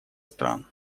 стран